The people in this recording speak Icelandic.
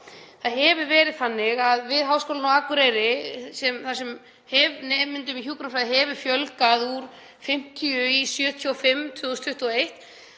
Það hefur verið þannig við Háskólann á Akureyri, þar sem nemendum í hjúkrunarfræði hefur fjölgað úr 50 í 75 2021,